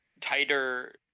tighter